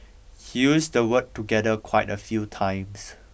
he used the word 'together' quite a few times